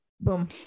Boom